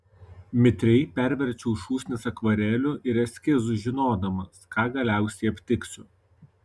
mitriai perverčiau šūsnis akvarelių ir eskizų žinodamas ką galiausiai aptiksiu